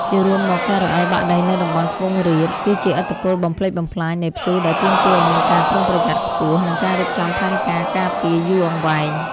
ជារួមមក ការរអិលបាក់ដីនៅតំបន់ខ្ពង់រាបគឺជាឥទ្ធិពលបំផ្លិចបំផ្លាញនៃព្យុះដែលទាមទារឱ្យមានការប្រុងប្រយ័ត្នខ្ពស់ និងការរៀបចំផែនការការពារយូរអង្វែង។